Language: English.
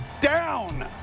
down